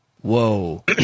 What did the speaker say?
Whoa